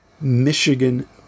Michigan